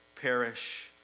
perish